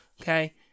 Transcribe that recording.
okay